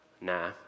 Nah